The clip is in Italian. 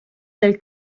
del